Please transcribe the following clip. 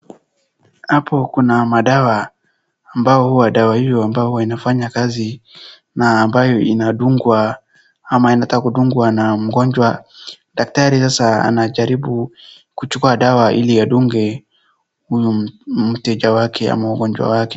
Hapo kuna madawa ambao huwa dawa hiyo ambao huwa inafanya kazi na ambayo inadungwa ama inataka kudungwa na mgonjwa. Daktari sasa anajaribu kuchukua dawa ili adunge huyu mteja wake ama mgonjwa wake.